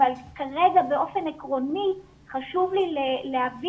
אבל כרגע באופן עקרוני חשוב לי להביא